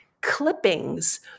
clippings